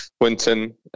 Winton